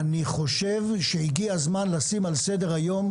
אני חושב שהגיע הזמן לשים על סדר היום,